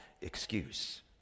excuse